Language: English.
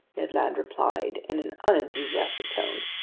ned land replied in an unenthusiastic tone.